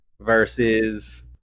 Versus